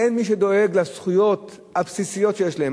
אין מי שדואג לזכויות הבסיסיות שלהם.